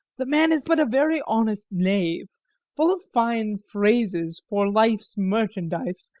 the man is but a very honest knave full of fine phrases for life's merchandise,